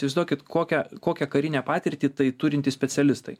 įsivaizduokit kokią kokią karinę patirtį tai turintys specialistai